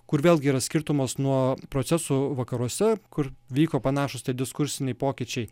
kur vėlgi yra skirtumas nuo procesų vakaruose kur vyko panašūs tie diskursiniai pokyčiai